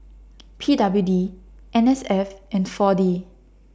P W D N S F and four D